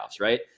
right